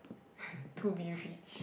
to be rich